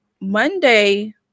Monday